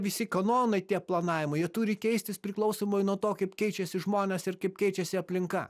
visi kanonai tie planavimai jie turi keistis priklausomai nuo to kaip keičiasi žmonės ir kaip keičiasi aplinka